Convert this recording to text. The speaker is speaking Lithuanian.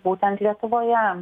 būtent lietuvoje